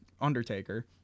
Undertaker